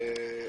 אבל